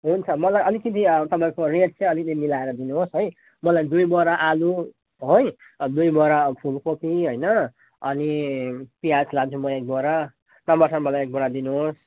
हुन्छ मलाई अलिकति तपाईँको रेट चाहिँ अलिकति मिलाएर दिनुहोस् है मलाई दुई बोरा आलु है दुई बोरा फुलकोपी होइन अनि प्याज लान्छु म एक बोरा टमाटर मलाई एक बोरा दिनुहोस्